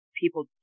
people